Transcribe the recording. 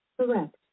Correct